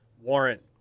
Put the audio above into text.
warrant